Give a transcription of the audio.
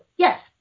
Yes